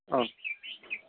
ꯑꯥ